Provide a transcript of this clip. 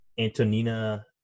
Antonina